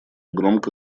громко